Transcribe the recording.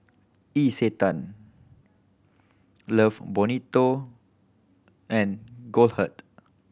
Isetan Love Bonito and Goldheart